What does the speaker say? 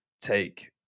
take